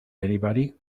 anybody